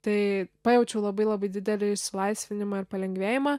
tai pajaučiau labai labai didelį išsilaisvinimą ir palengvėjimą